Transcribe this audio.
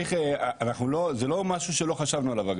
זה לא משהו שלא חשבנו עליו.